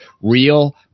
real